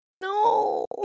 No